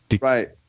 right